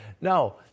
No